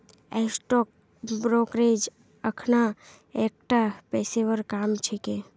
stock brokerage अखना एकता पेशेवर काम छिके